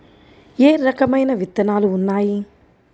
ఏ రకమైన విత్తనాలు ఉన్నాయి?